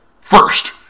First